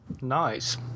Nice